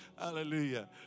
Hallelujah